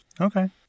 Okay